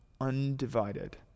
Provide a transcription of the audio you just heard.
undivided